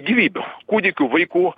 gyvybių kūdikių vaikų